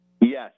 yes